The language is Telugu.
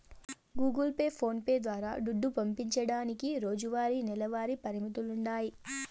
గూగుల్ పే, ఫోన్స్ ద్వారా దుడ్డు పంపేదానికి రోజువారీ, నెలవారీ పరిమితులుండాయి